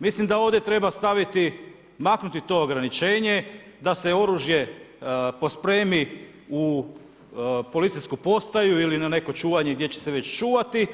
Mislim da ovdje treba staviti, maknuti to ograničenje da se oružje pospremi u policijsku postaju ili na neko čuvanje gdje će se već čuvati